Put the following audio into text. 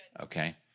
okay